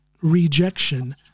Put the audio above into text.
rejection